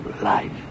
life